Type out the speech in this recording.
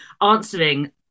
answering